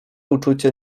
uczucie